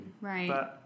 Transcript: Right